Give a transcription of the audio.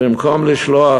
במקום לשלוח